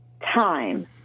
time